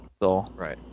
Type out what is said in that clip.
Right